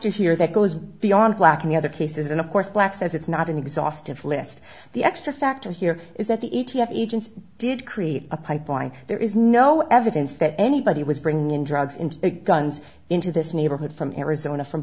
r here that goes beyond black in the other cases and of course black says it's not an exhaustive list the extra factor here is that the a t f agents did create a pipeline there is no evidence that anybody was bringing in drugs into the guns into this neighborhood from arizona from